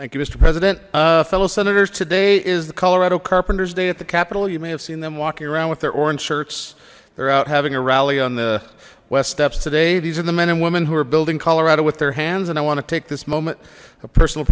mister president fellow senators today is the colorado carpenters day at the capitol you may have seen them walking around with their orange shirts they're out having a rally on the west steps today these are the men and women who are building colorado with their hands and i want to take this moment a personal